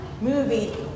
movie